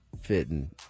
fitting